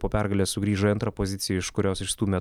po pergalės sugrįžo į antrą poziciją iš kurios išstūmė